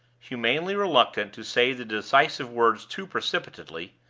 humanely reluctant to say the decisive words too precipitately,